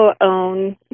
own